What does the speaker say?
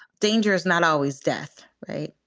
danger is not always death, right